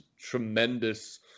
tremendous